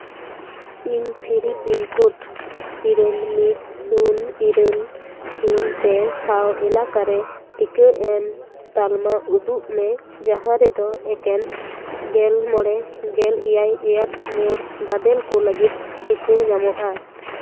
ᱤᱧ ᱯᱷᱤᱨᱤ pin code ᱤᱨᱟᱹᱞ ᱢᱤᱫ ᱥᱩᱱ ᱤᱨᱟᱹᱞ ᱥᱩᱱ ᱯᱮ ᱥᱟᱶ ᱮᱞᱟᱠᱟᱨᱮ ᱴᱤᱠᱟᱹ ᱮᱢ ᱛᱟᱞᱢᱟ ᱩᱫᱩᱜ ᱢᱮ ᱡᱟᱦᱟᱸ ᱨᱮᱫᱚ ᱮᱠᱮᱱ ᱜᱮᱞ ᱢᱚᱬᱮ ᱜᱮᱞ ᱮᱭᱟᱭ ᱮᱭᱟᱨᱥ ᱢᱳᱨ ᱜᱟᱫᱮᱞ ᱠᱚ ᱞᱟᱹᱜᱤᱫ ᱴᱤᱠᱟᱹ ᱧᱟᱢᱚᱜᱼᱟ